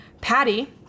Patty